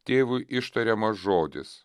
tėvui ištariamas žodis